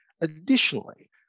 Additionally